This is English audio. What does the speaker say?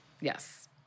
Yes